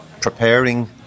preparing